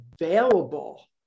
available